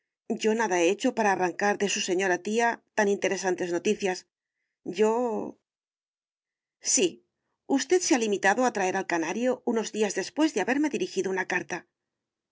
yo nada he hecho para arrancar de su señora tía tan interesantes noticias yo sí usted se ha limitado a traer el canario unos días después de haberme dirigido una carta